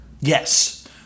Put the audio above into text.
Yes